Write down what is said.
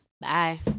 Bye